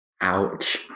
Ouch